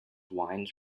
winds